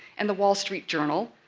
and the wall street journal,